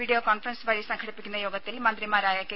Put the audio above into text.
video conference വഴി സംഘടിപ്പിക്കുന്ന യോഗത്തിൽ മന്ത്രിമാരായ കെ